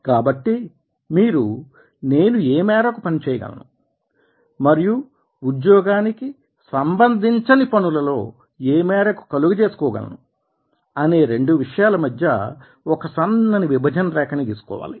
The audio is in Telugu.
కాబట్టి మీరు నేను ఏ మేరకు పని చేయగలను మరియు ఉద్యోగానికి సంబంధించని పనులలో ఏ మేరకు కలుగ చేసుకోగలను అనే రెండు విషయాల మధ్య ఒక సన్నని విభజన రేఖని గీసుకోవాలి